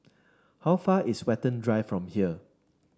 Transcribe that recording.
how far is Watten Drive from here